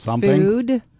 food